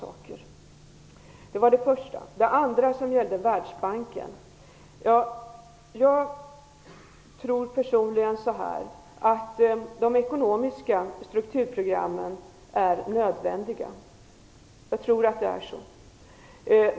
I fråga om Världsbanken tror jag personligen att de ekonomiska strukturprogrammen är nödvändiga.